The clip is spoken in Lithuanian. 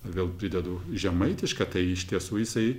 vėl pridedu žemaitišką tai iš tiesų jisai